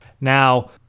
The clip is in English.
Now